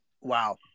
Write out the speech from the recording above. wow